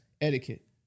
etiquette